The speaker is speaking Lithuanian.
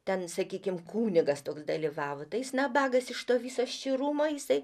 ten sakykim kunigas toks dalyvavo tai jis nabagas iš to viso ščyrumo jisai